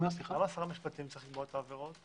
למה שר המשפטים צריך לקבוע את העבירות?